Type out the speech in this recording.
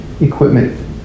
equipment